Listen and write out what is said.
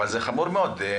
זה חמור מאוד.